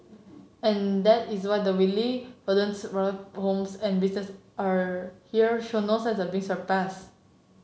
and that is why the wily rodents plaguing homes and businesses are here show no signs of being suppressed